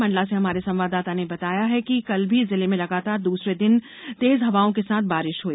मंडला से हमारे संवाददाता ने बताया है कि कल भी जिले में लगातार दूसरे दिन तेज हवाओं के साथ बारिश हुई